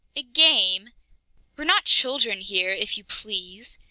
a game! we're not children here, if you please!